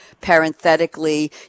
parenthetically